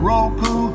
Roku